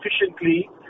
efficiently